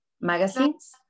Magazines